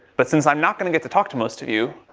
but since, i'm not going to get to talk to most of you,